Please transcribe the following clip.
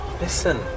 Listen